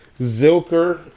Zilker